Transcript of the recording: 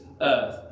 earth